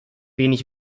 wenig